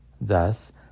Thus